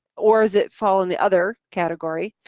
or is it fall in the other category?